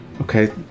Okay